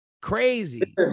crazy